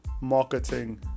marketing